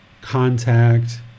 contact